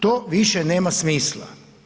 To više nema smisla.